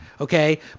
okay